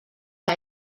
que